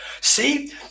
see –